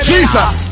Jesus